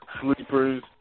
sleepers